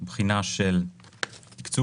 בחינה של תקצוב,